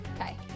okay